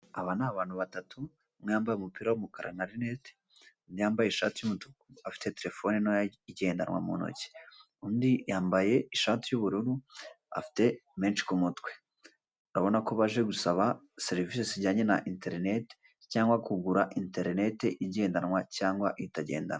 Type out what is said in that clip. Aba ni abantu batatu umwe wambaye umupira w'umukara na rinete, undi wambaye ishati y'umutuku afite telefone ntoya igendanwa mu ntoki, undi yambaye ishati y'ubururu afite menshi ku mutwe. Urabona ko baje gusaba serivise zijyanye na interinete cyangwa kugura interinete igendanwa cyangwa itagendanwa.